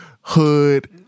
hood